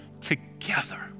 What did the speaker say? together